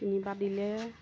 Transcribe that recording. তিনিবাৰ দিলে